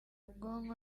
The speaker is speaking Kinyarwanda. ubwonko